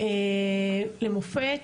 למופת